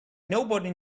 nobody